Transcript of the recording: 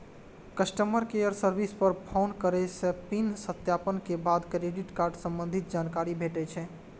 customer care service पर phone करै सं पिन सत्यापन के बाद क्रेडिट कार्ड संबंधी जानकारी भेटै छै